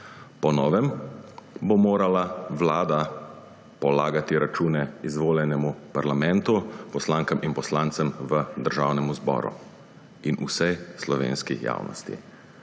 Po novem bo morala Vlada polagati račune izvoljenemu parlamentu, poslankam in poslancem v Državnem zboru, in vsej slovenski javnosti.